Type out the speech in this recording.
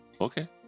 okay